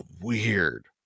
weird